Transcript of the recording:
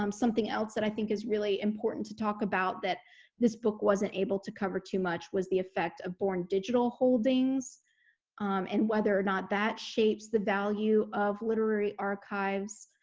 um something else that i think is really important to talk about that this book wasn't able to cover too much was the affect of born digital holdings and whether or not that shapes the value of literary archives